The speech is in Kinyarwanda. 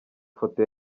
foto